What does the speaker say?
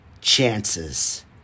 chances